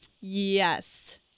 Yes